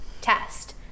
test